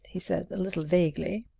he said, a little vaguely.